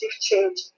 change